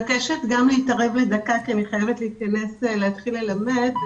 אני מבקשת גם להתערב כי אני חייבת להכנס להתחיל ללמד,